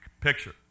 picture